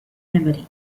memory